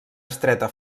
estreta